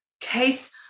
Case